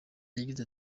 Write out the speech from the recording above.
yagize